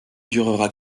durera